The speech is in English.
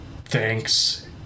thanks